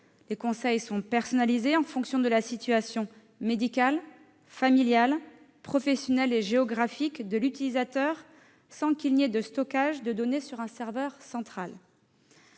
dispense sont personnalisés selon la situation médicale, familiale, professionnelle et géographique de l'utilisateur, sans stockage de données sur un serveur central.